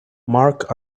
mark